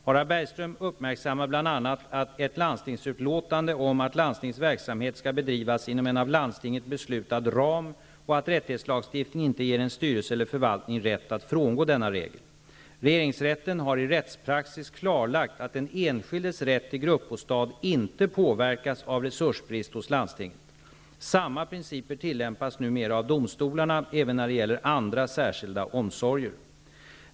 Harald Bergström uppmärksammar bl.a. ett landstingsutlåtande om att landstingets verksamhet skall bedrivas inom en av landstinget beslutad ram och att rättighetslagstiftning inte ger en styrelse eller förvaltning rätt att frångå denna regel. Regeringsrätten har i rättspraxis klarlagt att den enskildes rätt till gruppbostad inte påverkas av resursbrist hos landstinget. Samma principer tillämpas numera av domstolarna även när det gäller andra särskilda omsorger.